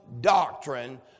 doctrine